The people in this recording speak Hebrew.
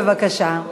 בבקשה.